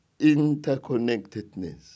interconnectedness